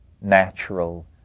natural